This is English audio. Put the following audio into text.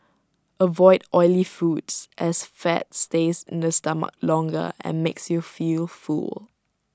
avoid oily foods as fat stays in the stomach longer and makes you feel full